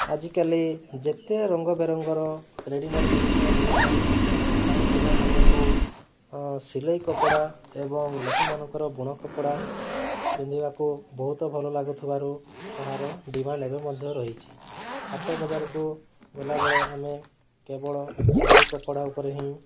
ଆଜିକାଲି ଯେତେ ରଙ୍ଗବେରଙ୍ଗର ରେଡ଼ିମେଡ଼୍ ଜିନିଷ ମିଳିଥାଉ କାହିଁକି ନା ଆମକୁ ସିଲେଇ କପଡ଼ା ଏବଂ ଲୋକମାନଙ୍କର ବୁଣ କପଡ଼ା ପିନ୍ଧିବାକୁ ବହୁତ ଭଲ ଲାଗୁଥିବାରୁ ତାହାର ଡିମାଣ୍ଡ ଏବେ ମଧ୍ୟ ରହିଛି ହାଟ ବଜାରକୁ ଗଲାବେଳେ ଆମେ କେବଳ ସିଲେଇ କପଡ଼ା ଉପରେ ହିଁ